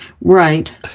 Right